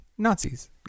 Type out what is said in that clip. Nazis